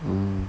mm